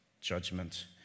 judgment